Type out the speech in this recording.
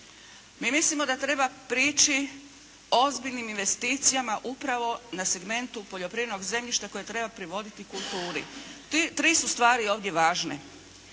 Mi mislimo da treba prići ozbiljnim investicijama upravo na segmentu poljoprivrednog zemljišta koje treba privoditi kulturi. Tri su stvari ovdje važne.